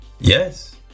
Yes